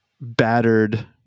battered